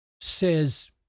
says